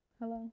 Hello